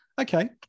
Okay